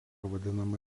vadinama